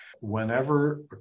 Whenever